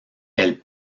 elle